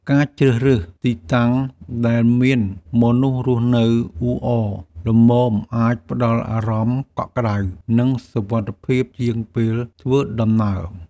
ការជ្រើសរើសទីតាំងដែលមានមនុស្សរស់នៅអ៊ូអរល្មមអាចផ្តល់អារម្មណ៍កក់ក្តៅ និងសុវត្ថិភាពជាងពេលធ្វើដំណើរ។